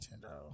Nintendo